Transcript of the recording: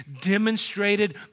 demonstrated